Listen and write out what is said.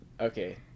Okay